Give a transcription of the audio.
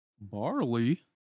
Barley